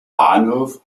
bahnhof